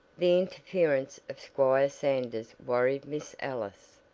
the interference of squire sanders worried miss ellis.